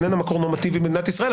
איננה מקור נורמטיבי במדינת ישראל,